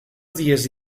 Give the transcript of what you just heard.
dies